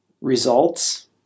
results